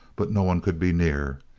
but no one could be near.